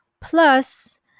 Plus